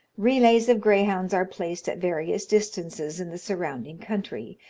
relays of greyhounds are placed at various distances in the surrounding country,